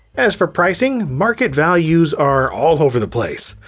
as for pricing, market values are all over the place.